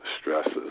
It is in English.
stresses